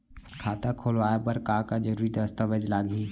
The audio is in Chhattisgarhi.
खाता खोलवाय बर का का जरूरी दस्तावेज लागही?